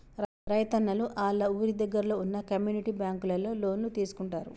రైతున్నలు ఆళ్ళ ఊరి దగ్గరలో వున్న కమ్యూనిటీ బ్యాంకులలో లోన్లు తీసుకుంటారు